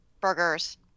burgers